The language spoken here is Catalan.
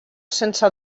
sense